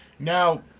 Now